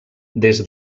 des